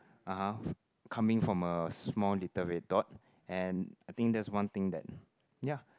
(uh huh) coming from a small little red dot and I think that's one thing that ya